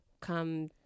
come